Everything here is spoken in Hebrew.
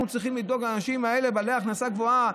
אנחנו צריכים לדאוג לאנשים האלה בעלי ההכנסה הגבוהה,